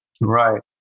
Right